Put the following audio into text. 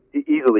easily